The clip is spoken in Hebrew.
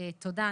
תודה.